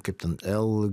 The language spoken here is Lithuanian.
kaip ten l